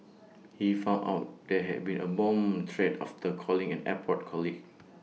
he found out there had been A bomb threat after calling an airport colleague